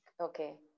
Okay